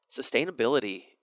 sustainability